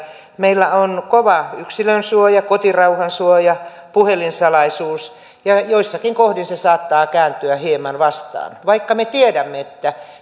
meillä on kova yksilön suoja kotirauhan suoja puhelinsalaisuus ja joissakin kohdin se saattaa kääntyä hieman vastaan vaikka me tiedämme että